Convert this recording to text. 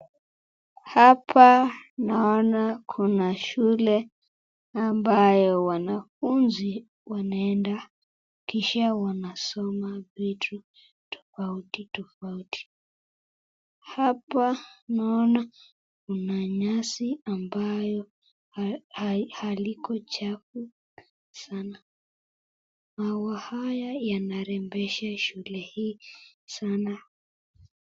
Hapa naona kuna shule ambayo wanafunzi wanaenda kisha wanasoma vitu tofauti tofauti. Hapa naona kuna nyasi ambayo haliko chafu sana, maua haya yanarembesha shule hii sana.